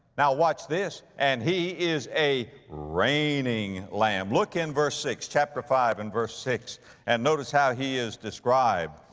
now watch this, and he is a reigning lamb. look in verse six, chapter five and verse six and notice how he is described,